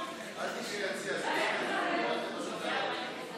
ניהול המשבר הכלכלי שאנחנו נמצאים בעיצומו,